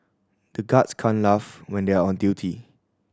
the guards can't laugh when they are on duty